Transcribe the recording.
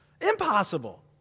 Impossible